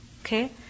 okay